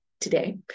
today